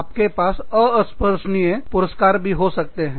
आपके पास अस्पर्शनीय पुरस्कार भी हो सकते हैं